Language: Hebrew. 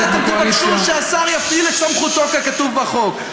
ואז תבקשו שהשר יפעיל את סמכותו ככתוב בחוק.